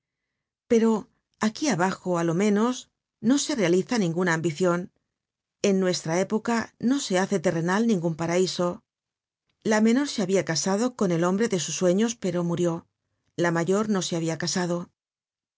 pero aquí abajo á lo menos no se realiza ninguna ambicion en nuestra época no se hace terrenal ningun paraiso la menor se habia easado con el hombre de sus sueños pero murió la mayor no se habia casado